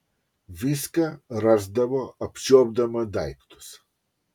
viską rasdavo apčiuopdama daiktus